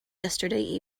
yesterday